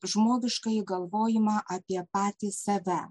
žmogiškąjį galvojimą apie patį save